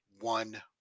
one